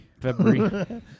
February